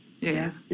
Yes